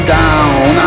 down